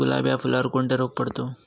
गुलाब या फुलावर कोणता रोग पडतो?